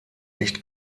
nicht